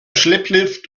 schlepplift